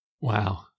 Wow